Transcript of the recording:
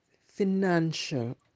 financial